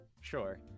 Sure